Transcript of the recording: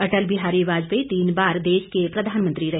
अटल बिहारी वाजपेयी तीन बार देश के प्रधानमंत्री रहे